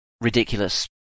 ridiculous